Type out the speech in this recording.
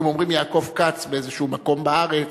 אם אומרים "יעקב כץ" באיזשהו מקום בארץ,